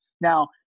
Now